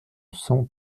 cent